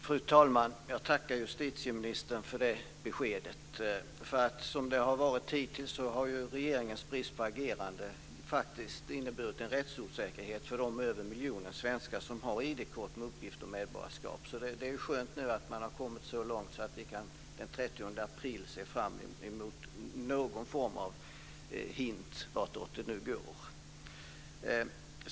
Fru talman! Jag tackar justitieministern för det beskedet. Som det har varit hittills har regeringens brist på agerande inneburit en rättsosäkerhet för de över miljonen svenskar som har ID-kort med uppgift om medborgarskap. Det är skönt att man nu har kommit så långt att vi den 30 april kan se fram emot någon form av antydning av vartåt det går.